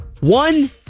One